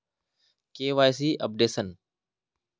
KYC updation?